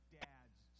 dad's